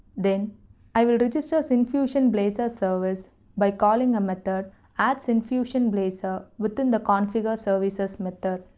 then i will register syncfusion blazor service by calling a method addsyncfusionblazor so within the configureservices method.